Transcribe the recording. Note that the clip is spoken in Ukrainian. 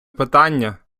питання